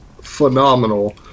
phenomenal